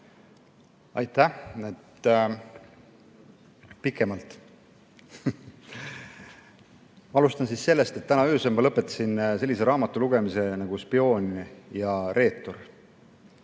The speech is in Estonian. Aitäh! Pikemalt? (Naerab.) Alustan sellest, et täna öösel ma lõpetasin sellise raamatu lugemise nagu "Spioon ja reetur",